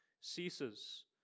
ceases